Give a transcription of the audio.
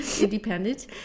independent